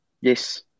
Yes